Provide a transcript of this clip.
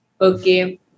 Okay